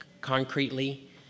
concretely